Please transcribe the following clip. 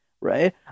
right